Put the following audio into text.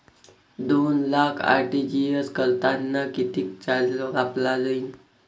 दोन लाख आर.टी.जी.एस करतांनी कितीक चार्ज कापला जाईन?